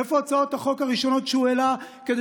איפה הצעות החוק הראשונות שהוא העלה כדי